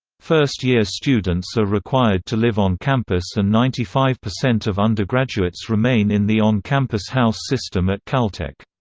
first-year students are required to live on campus and ninety five percent of undergraduates remain in the on-campus house system at caltech.